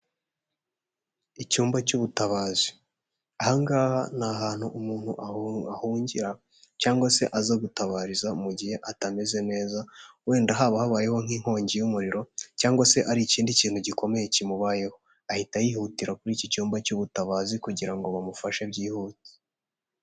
Icyumba cy'ubutabazi ahangaha ni ahantutu umuntu aho ahungira cyangwa se aza gutabariza mu gihe atameze neza wenda haba habayeho nk'inkongi y'umuriro cyangwa se hari ikindi kintu gikomeye kimubayeho ahita yihutira kuri iki cyumba cy'ubutabazi kugira ngo bamufashe byihuse.